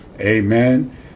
Amen